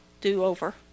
do-over